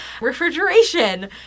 refrigeration